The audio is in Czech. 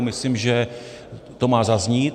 Myslím, že to má zaznít.